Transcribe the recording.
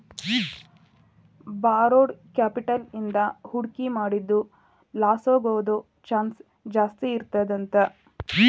borrowed capital ಇಂದಾ ಹೂಡ್ಕಿ ಮಾಡಿದ್ದು ಲಾಸಾಗೊದ್ ಚಾನ್ಸ್ ಜಾಸ್ತೇಇರ್ತದಂತ